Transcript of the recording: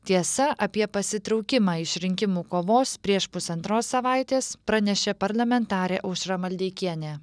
tiesa apie pasitraukimą iš rinkimų kovos prieš pusantros savaitės pranešė parlamentarė aušra maldeikienė